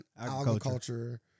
agriculture